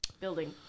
building